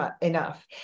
enough